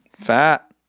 fat